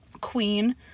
queen